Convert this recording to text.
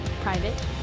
Private